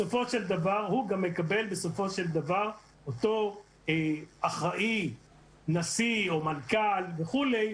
בסופו של דבר אותו נשיא או מנכ"ל וכולי,